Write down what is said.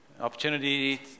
Opportunity